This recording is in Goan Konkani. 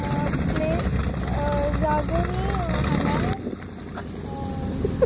प्लेस वागुमी हांगा